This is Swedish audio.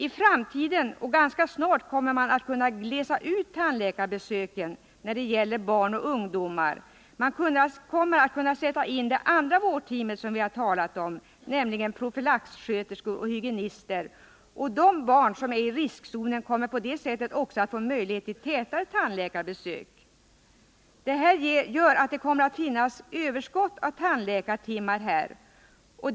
I framtiden — och ganska snart — kommer man att kunna glesa ut tandläkarbesöken för barn och ungdomar. Man kommer att kunna sätta in det andra vårdteamet som vi har talat om, nämligen profylaxsköterskor och hygienister. De barn som är i riskzonen kommer på det sättet också att få en möjlighet till tätare tandläkarbesök. Det här gör att det kommer att finnas ett överskott på tandläkartimmar.